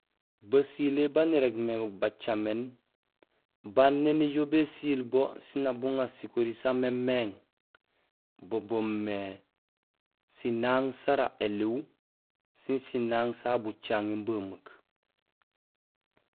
Basilé baan irégmé bacaméén baan éni éjoow bésiil bo sén nak buŋaar sikori samémééŋ bo boomé sinaaŋ sara élihu sin sinaaŋ sa bucaŋnéén bamuk